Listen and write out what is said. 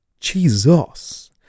Jesus